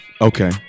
okay